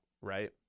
right